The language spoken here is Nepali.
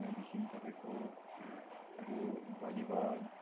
त्यहाँदेखि तपाईँको अरू भलिबल